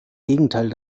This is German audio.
gegenteil